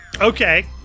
Okay